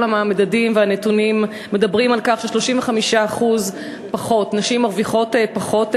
כל המדדים והנתונים מדברים על כך שנשים מרוויחות 35% פחות מגברים.